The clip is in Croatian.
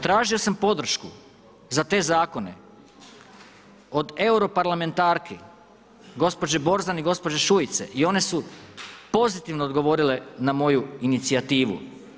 Tražio sam podršku za te zakone od europarlamentarki gospođe Borzan i gospođe Šuice i one su pozitivno odgovorile na moju inicijativu.